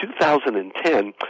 2010